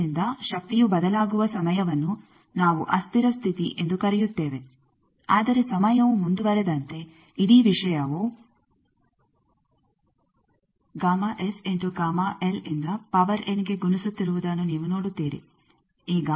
ಆದ್ದರಿಂದ ಶಕ್ತಿಯು ಬದಲಾಗುವ ಸಮಯವನ್ನು ನಾವು ಅಸ್ಥಿರ ಸ್ಥಿತಿ ಎಂದು ಕರೆಯುತ್ತೇವೆ ಆದರೆ ಸಮಯವು ಮುಂದುವರೆದಂತೆ ಇಡೀ ವಿಷಯವು ಇಂದ ಪವರ್ ಎನ್ಗೆ ಗುಣಿಸುತ್ತಿರುವುದನ್ನು ನೀವು ನೋಡುತ್ತೀರಿ